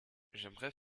j’aimerais